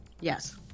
Yes